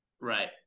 Right